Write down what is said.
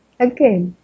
Okay